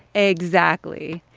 exactly.